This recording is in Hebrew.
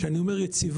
כשאני אומר "יציבה",